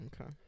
Okay